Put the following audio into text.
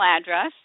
address